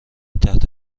تحت